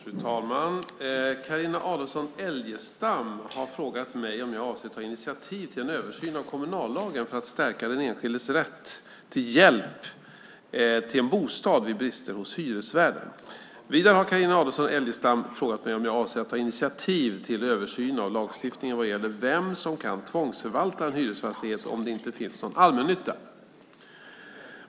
Fru talman! Carina Adolfsson Elgestam har frågat mig om jag avser att ta initiativ till en översyn av kommunallagen för att stärka den enskildes rätt till hjälp till en bostad vid brister hos hyresvärden. Vidare har Carina Adolfsson Elgestam frågat mig om jag avser att ta initiativ till översyn av lagstiftningen vad gäller vem som kan tvångsförvalta en hyresfastighet om det inte finns någon allmännytta.